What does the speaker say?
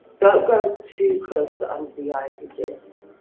don't go too close to under the eyes with this.